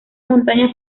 montaña